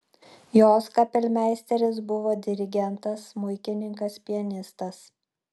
jos kapelmeisteris buvo dirigentas smuikininkas pianistas